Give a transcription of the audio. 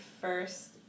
first